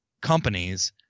companies